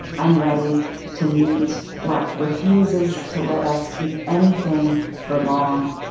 i'm ready to meet what refuses to let us keep anything for long.